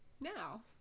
now